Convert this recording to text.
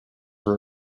were